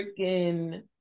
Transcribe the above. Freaking